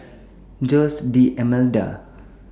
Jose D'almeida